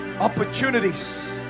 opportunities